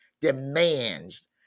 demands